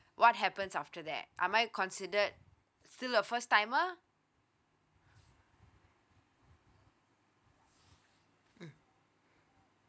what happen after that am I considered still a first timer mm